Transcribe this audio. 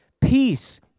peace